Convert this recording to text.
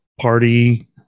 party